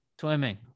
swimming